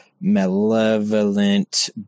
malevolent